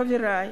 חברי,